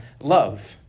love